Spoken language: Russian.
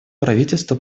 правительство